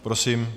Prosím.